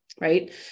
right